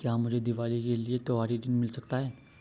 क्या मुझे दीवाली के लिए त्यौहारी ऋण मिल सकता है?